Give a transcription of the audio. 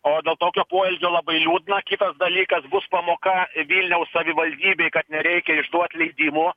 o dėl tokio poelgio labai liūdna kitas dalykas bus pamoka vilniaus savivaldybei kad nereikia išduot leidimų